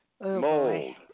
mold